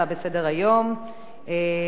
הצעת-חוק הביטוח הלאומי (תיקון,